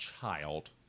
child